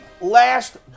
last